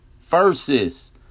Versus